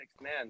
man